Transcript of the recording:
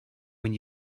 when